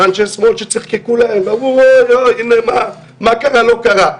והיו אנשי שמאל שצחקקו להם ואמרו מה קרה לא קרה.